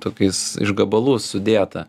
tokiais iš gabalų sudėta